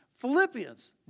Philippians